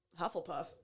Hufflepuff